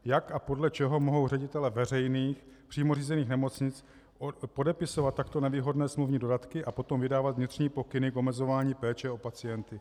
Jak a podle čeho mohou ředitelé veřejných přímo řízených nemocnic podepisovat takto nevýhodné smluvní dodatky a potom vydávat vnitřní pokyny k omezování péče o pacienty?